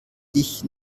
dich